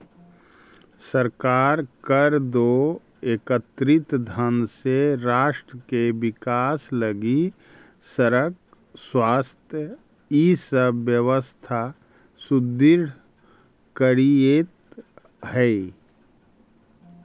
सरकार कर दो एकत्रित धन से राष्ट्र के विकास लगी सड़क स्वास्थ्य इ सब व्यवस्था सुदृढ़ करीइत हई